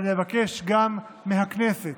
אבקש גם מהכנסת,